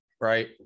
right